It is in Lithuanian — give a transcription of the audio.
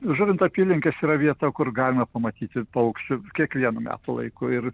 žuvinto apylinkėse yra vieta kur galima pamatyti paukščių kiekvienu metų laiku ir